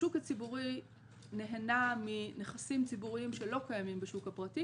השוק הציבורי נהנה מנכסים ציבוריים שלא קיימים בשוק הפרטי,